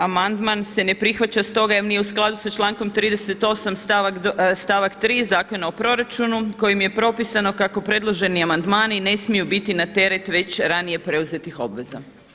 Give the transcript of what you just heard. Amandman se ne prihvaća stoga jer nije u skladu sa člankom 38. stavak 3. Zakona o proračunu kojim je propisano kako predloženi amandmani ne smiju biti na teret već ranije preuzetih obveza.